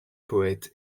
poètes